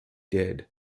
did